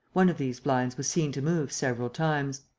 one of these blinds was seen to move several times.